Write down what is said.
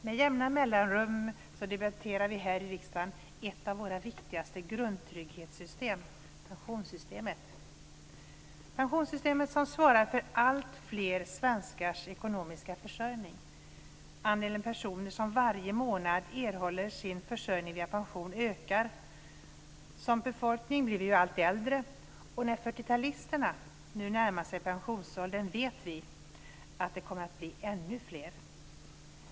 Med jämna mellanrum debatterar vi här i riksdagen ett av våra viktigaste grundtrygghetssystem, pensionssystemet. Pensionssystemet svarar för alltfler svenskars ekonomiska försörjning. Andelen personer som varje månad erhåller sin försörjning via pension ökar, och som befolkning blir vi allt äldre. När 40-talisterna nu närmar sig pensionsåldern vet vi att det kommer att bli ännu fler.